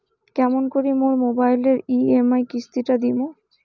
কেমন করি মোর মোবাইলের ই.এম.আই কিস্তি টা দিম?